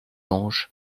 anges